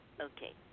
Okay